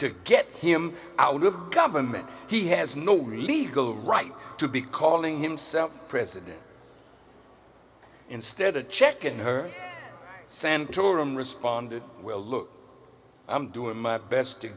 to get him out of government he has no real legal right to be calling himself president instead of check in her santorum responded well look i'm doing my best to